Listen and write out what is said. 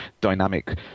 dynamic